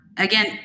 Again